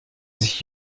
sich